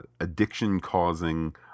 addiction-causing